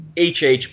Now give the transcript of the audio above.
HH